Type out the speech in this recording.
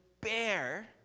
bear